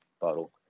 bottle